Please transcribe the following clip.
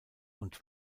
und